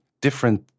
different